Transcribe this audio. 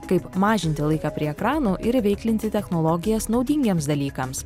kaip mažinti laiką prie ekranų ir įveiklinti technologijas naudingiems dalykams